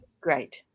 Great